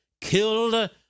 killed